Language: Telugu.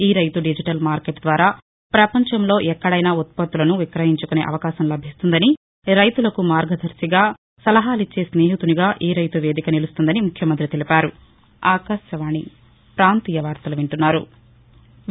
ఇ రైతు డిజిటల్ మార్కెట్ ద్వారా ప్రపంచంలో ఎక్కడైనా ఉత్పత్తులను విక్రయించుకునే అవకాశం లభిస్తుందని రైతులకు మార్గదర్శిగా సలహాలిచ్చే స్నేహితునిగా ఇ రైతు వేదిక నిలుస్తుందని ముఖ్యమంత్రి తెలిపారు